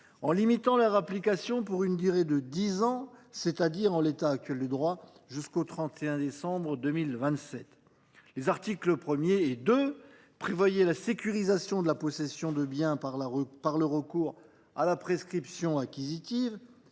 en limitant leur application pour une durée de dix ans, c’est à dire, en l’état actuel du droit, jusqu’au 31 décembre 2027. Les articles 1 et 2 prévoyaient la sécurisation de la possession des biens par le recours à la prescription acquisitive